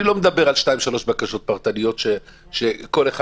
אני לא מדבר על 2 3 בקשות פרטניות שכל אחד